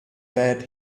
that